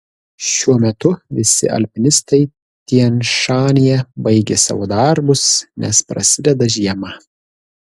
šiuo metu visi alpinistai tian šanyje baigė savo darbus nes prasideda žiema